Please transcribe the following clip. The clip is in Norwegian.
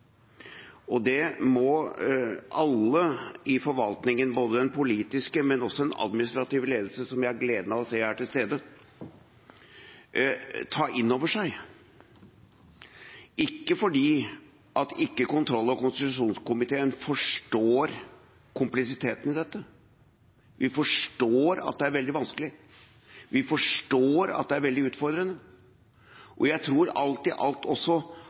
vedtak. Det må alle i forvaltningen, både den politiske og den administrative ledelsen, som jeg har gleden av å se er til stede, ta inn over seg. Det er ikke fordi ikke kontroll- og konstitusjonskomiteen forstår kompleksiteten i dette. Vi forstår at det er veldig vanskelig, vi forstår at det er veldig utfordrende. Og jeg tror alt i alt også